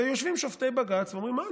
ויושבים שופטי בג"ץ ואומרים: מה,